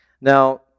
Now